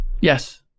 Yes